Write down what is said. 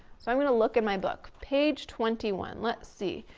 so i'm gonna look at my book, page twenty one, let's see.